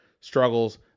struggles